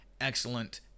excellent